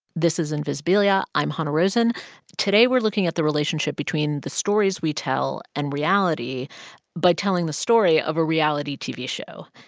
this is invisibilia. i'm hanna rosin today, we're looking at the relationship between the stories we tell and reality by telling the story of a reality tv show.